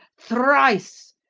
thrice!